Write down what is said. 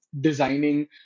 designing